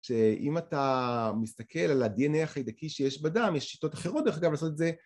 שאם אתה מסתכל על ה-DNA החיידקי שיש בדם, יש שיטות אחרות דרך אגב לעשות את זה.